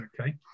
okay